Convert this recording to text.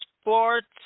Sports